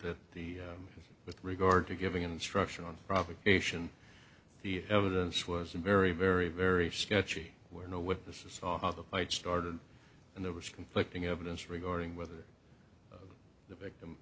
that the with regard to giving instruction on provocation fear evidence was in very very very sketchy where no witnesses saw the fight started and there was conflicting evidence regarding whether the victim